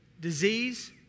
disease